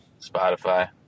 Spotify